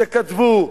שכתבו,